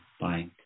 Bye